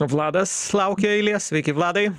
vladas laukia eilės sveiki vladai